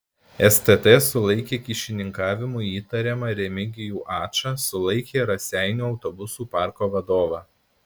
stt sulaikė kyšininkavimu įtariamą remigijų ačą sulaikė ir raseinių autobusų parko vadovą